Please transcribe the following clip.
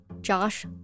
Josh